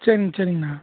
சரிங் சரிங்ண்ணா